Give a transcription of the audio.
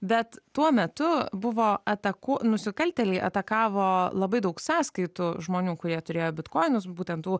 bet tuo metu buvo atakuo nusikaltėliai atakavo labai daug sąskaitų žmonių kurie turėjo bitkoinus būtent tų